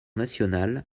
national